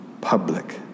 public